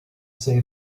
say